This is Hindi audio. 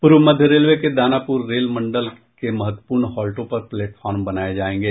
पूर्व मध्य रेलवे के दानापुर रेल मंडल के महत्वपूर्ण हॉल्टों पर प्लेटफार्म बनाये जायेंगे